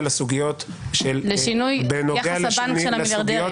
לסוגיות -- לשינוי יחס הבנק של המיליארדרים.